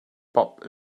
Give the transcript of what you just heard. pop